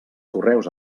correus